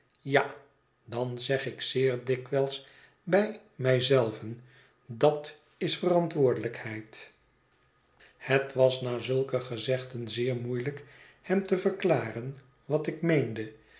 ja dan zeg ik zeer dikwijls bij mij zelven dat is verantwoordelijkheid het was na zulke gezegden zeer moeielijk hem te verklaren wat ik meende